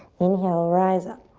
inhale, rise up.